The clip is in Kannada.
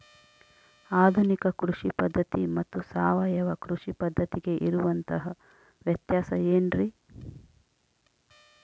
ಆಧುನಿಕ ಕೃಷಿ ಪದ್ಧತಿ ಮತ್ತು ಸಾವಯವ ಕೃಷಿ ಪದ್ಧತಿಗೆ ಇರುವಂತಂಹ ವ್ಯತ್ಯಾಸ ಏನ್ರಿ?